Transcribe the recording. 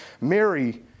Mary